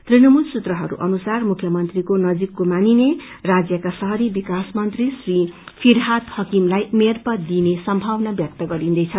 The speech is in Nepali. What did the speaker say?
तृणमूल सूत्रहरू अनुसार मुख्यमंत्रीको नजीकको मानिने राज्यका शहरी विकास मंत्री श्री फिराहाद हाकिमललाई मेयर पद दिइने संभावना व्यक्त गरिन्दैछ